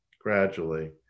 gradually